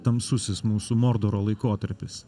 tamsusis mūsų mordoro laikotarpis